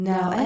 Now